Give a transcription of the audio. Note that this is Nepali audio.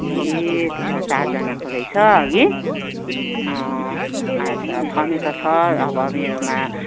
ए त्यसो भए चारजनाको रहेछ हगि अच्छा छन् त छ अब मेरोमा